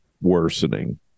worsening